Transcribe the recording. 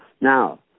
Now